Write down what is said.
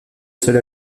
seul